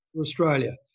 Australia